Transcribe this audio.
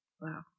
Wow